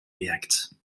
react